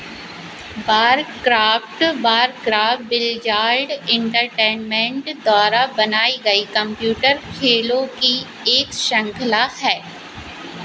Barcraft Warcraft Blizzard Entertainment द्वारा बनाई गई कंप्यूटर खेलों की एक श्रृंखला है